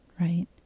right